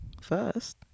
First